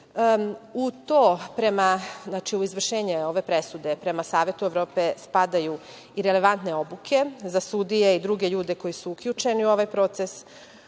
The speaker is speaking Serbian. što je značajno.U izvršenje ove presude prema Savetu Evrope spadaju i relevantne obuke za sudije i druge ljude koji su uključeni u ovaj proces,